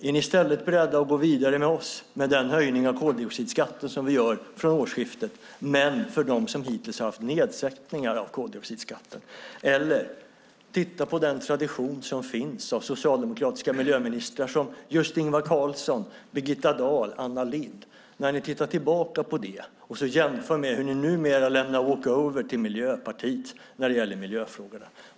Är ni i stället beredda att gå vidare med oss med den höjning av koldioxidskatten som vi gör från årsskiftet - för dem som hittills haft nedsättning av koldioxidskatten? Titta på den tradition som finns av socialdemokratiska miljöministrar, som Ingvar Carlsson, Birgitta Dahl och Anna Lindh, och jämför det med hur ni numera lämnar walk-over till Miljöpartiet när det gäller miljöfrågorna.